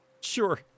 Sure